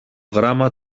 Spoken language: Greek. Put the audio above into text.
γράμμα